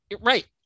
right